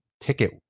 ticket